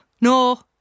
No